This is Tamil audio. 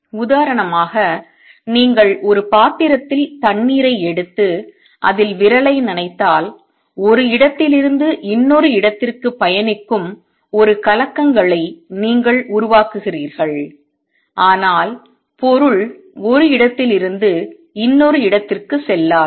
உதாரணமாக நீங்கள் ஒரு பாத்திரத்தில் தண்ணீரை எடுத்து அதில் விரலை நனைத்தால் ஒரு இடத்திலிருந்து இன்னொரு இடத்திற்கு பயணிக்கும் ஒரு கலக்கங்களை நீங்கள் உருவாக்குகிறீர்கள் ஆனால் பொருள் ஒரு இடத்திலிருந்து இன்னொரு இடத்திற்கு செல்லாது